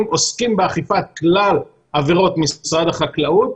עוסקים באכיפת כלל עבירות משרד החקלאות,